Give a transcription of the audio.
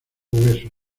huesos